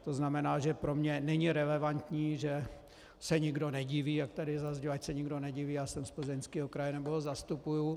To znamená, že pro mě není relevantní, že se nikdo nediví, jak tady zaznělo, ať se nikdo nediví, já jsem z Plzeňského kraje nebo ho zastupuji.